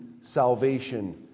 salvation